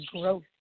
growth